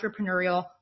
entrepreneurial